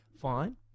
fine